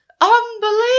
Unbelievable